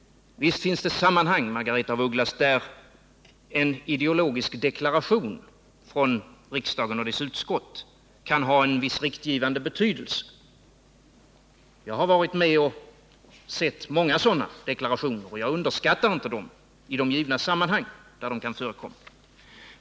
Visst finns det sammanhang, Margaretha af Ugglas, där en ideologisk deklaration från riksdagen och dess utskott kan ha en viss riktgivande betydelse. Jag har sett många sådana deklarationer, och jag underskattar inte dem i de givna sammanhang där de förekommer.